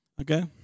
Okay